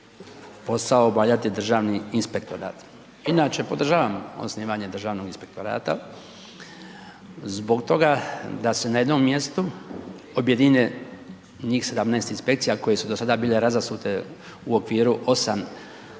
posao obavljati Državni inspektorat. Inače podržavam osnivanje Državnog inspektorata, zbog toga da se na jednom mjestu objedine njih 17 inspekcija koje su do sada bile razasute u okviru 8 različitih